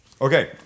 Okay